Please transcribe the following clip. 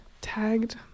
tagged